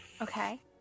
okay